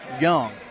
young